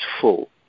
full